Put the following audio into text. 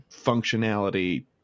functionality